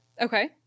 Okay